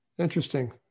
interesting